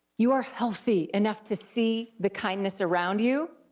you're healthy enough to see the kindness around you,